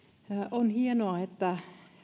on hienoa että